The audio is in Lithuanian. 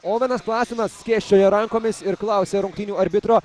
ovenas klasenas skėsčioja rankomis ir klausia rungtynių arbitro